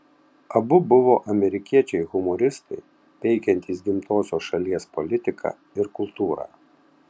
abu buvo amerikiečiai humoristai peikiantys gimtosios šalies politiką ir kultūrą